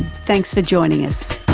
thanks for joining us